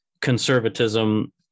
conservatism